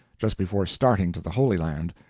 just before starting to the holy land,